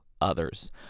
others